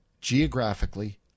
geographically